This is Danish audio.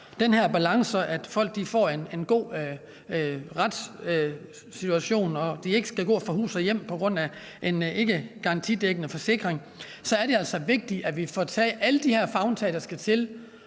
tingene, sådan at folk oplever en god retstilstand og ikke skal gå fra hus og hjem på grund af en ikkegarantidækkende forsikring, er det altså vigtigt, at vi får taget alle de tiltag, der skal til,